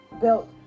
built